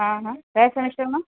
હા હા કયા સેમેસ્ટરમાં